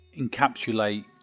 encapsulate